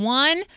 one